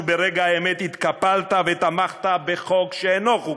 וברגע האמת התקפלת ותמכת בחוק שאינו חוקתי.